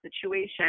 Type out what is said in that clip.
situation